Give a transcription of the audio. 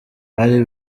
bari